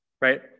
right